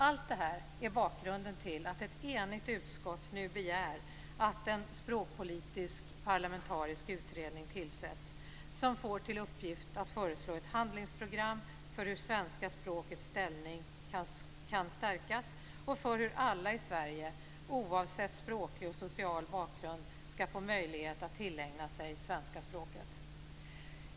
Allt detta är bakgrunden till att ett enigt utskott nu begär att en språkpolitisk parlamentarisk utredning tillsätts som får till uppgift att föreslå ett handlingsprogram för hur svenska språkets ställning kan stärkas och för hur alla i Sverige - oavsett språklig och social bakgrund - ska få möjlighet att tillägna sig svenska språket.